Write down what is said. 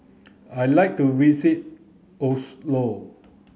I like to visit Oslo